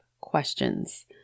questions